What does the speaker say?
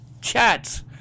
chats